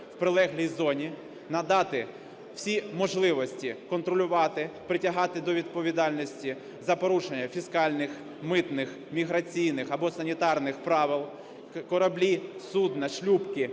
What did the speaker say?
в прилеглій зоні: надати всі можливості контролювати, притягати до відповідальності за порушення фіскальних, митних, міграційних або санітарних правил кораблі, судна, шлюпки